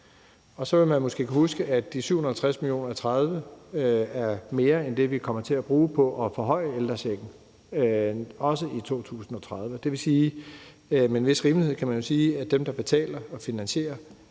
Så vil man måske kunne huske, at de 750 mio. kr. i 2030 er mere end det, vi kommer til at bruge på at forhøje ældrechecken, også i 2030, og det vil sige, at man med en vis rimelighed kan sige, at dem, der betaler for og finansierer,